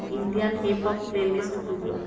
Indian hip hop playlist বজোৱা